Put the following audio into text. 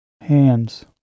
hands